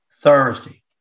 Thursday